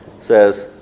says